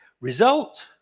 Result